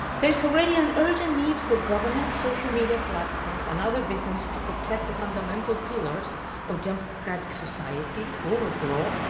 there's already an urgent need for government, social media platforms, and other business to protect the fundamental pillars of democratic society, rule of law,